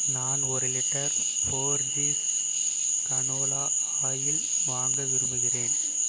நான் ஒரு litre Borges canola oil வாங்க விரும்புகிறேன்